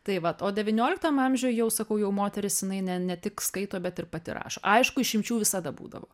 tai vat o devynioliktam amžiui jau sakau jau moterys jinai ne ne tik skaito bet ir pati rašo aišku išimčių visada būdavo